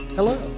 Hello